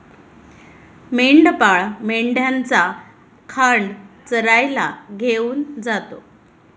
मेंढपाळ मेंढ्यांचा खांड चरायला घेऊन जातो